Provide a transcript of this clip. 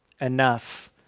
enough